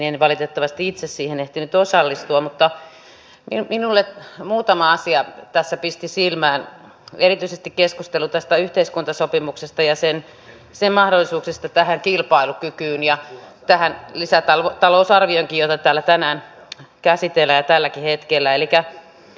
en valitettavasti itse siihen ehtinyt osallistua mutta minulle muutama asia tässä pisti silmään erityisesti keskustelu yhteiskuntasopimuksesta ja sen mahdollisuuksista kilpailukykyyn ja tähän lisätalousarvioonkin jota täällä tänään ja tälläkin hetkellä käsitellään